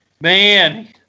man